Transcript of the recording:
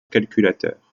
calculateur